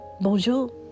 Bonjour